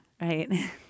right